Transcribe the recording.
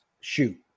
shoot